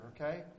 okay